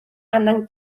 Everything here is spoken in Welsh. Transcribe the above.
angen